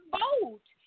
vote